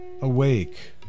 awake